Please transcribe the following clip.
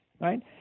right